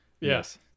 Yes